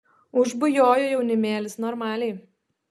užbujojo jaunimėlis normaliai